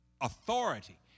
authority